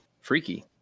freaky